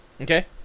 Okay